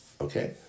Okay